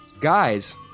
guys